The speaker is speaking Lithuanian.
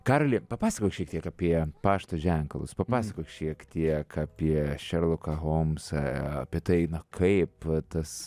karoli papasakok šiek tiek apie pašto ženklus papasakok šiek tiek apie šerloką homsą apie tai na kaip tas